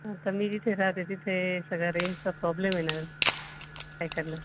आता मी जिथे राहते तिथे सगळा रेंजचा प्रॉब्लेम येणार काय करणार